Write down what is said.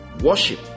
Worship